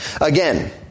Again